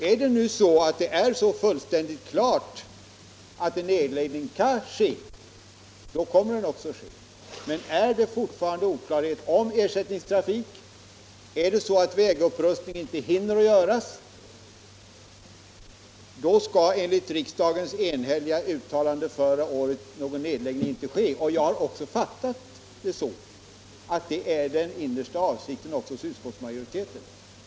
Är det fullständigt klart att en nedläggning kan ske, kommer den också att ske, men råder det fortfarande oklarhet om ersättningstrafik, är det så att vägupprustning inte hinner göras m.m., skall enligt riksdagens enhälliga uttalande förra året någon nedläggning inte ske. Jag har också fattat det så att detta är utskottsmajoritetens innersta avsikt.